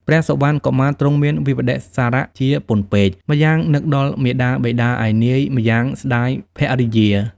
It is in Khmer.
ព្រះសុវណ្ណកុមារទ្រង់មានវិប្បដិសារៈជាពន់ពេក ម្យ៉ាងនឹកដល់មាតាបិតាឯនាយ ម្យ៉ាងស្តាយភរិយា។